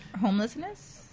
homelessness